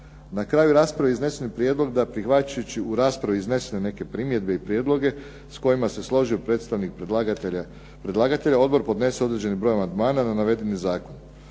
Na kraju rasprave iznesen je prijedlog da prihvaćajući u raspravi iznesene neke primjedbe i prijedloge, s kojima se složio predstavnik predlagatelja, odbor podnese određeni broj amandmana na navedeni zakon.